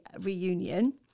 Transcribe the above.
reunion